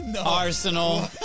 Arsenal